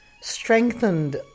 strengthened